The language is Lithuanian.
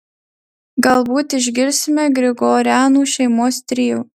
galbūt išgirsime grigorianų šeimos trio